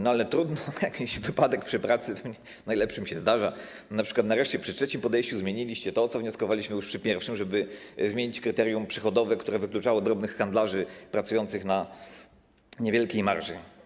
No, ale trudno, jakiś wypadek przy pracy zdarza się najlepszym, np. nareszcie, przy trzecim podejściu, zmieniliście to, o co wnioskowaliśmy już przy pierwszym - chodzi o to, żeby zmienić kryterium przychodowe, które wykluczało drobnych handlarzy pracujących na niewielkiej marży.